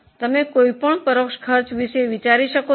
તમે કોઈપણ પરોક્ષ ખર્ચ વિશે વિચારી શકો છો